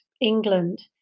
England